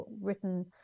written